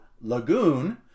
Lagoon